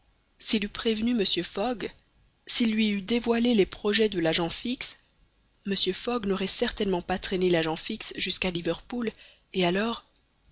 s'il eût prévenu mr fogg s'il lui eût dévoilé les projets de l'agent fix mr fogg n'aurait certainement pas traîné l'agent fix jusqu'à liverpool et alors